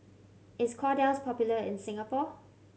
is Kordel's popular in Singapore